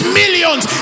millions